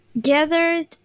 gathered